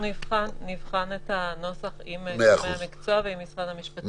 נבחן את הנוסח עם גורמי המקצוע ועם משרד המשפטים.